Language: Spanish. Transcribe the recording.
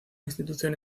institución